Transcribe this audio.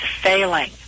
failing